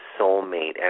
soulmate